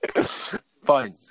fine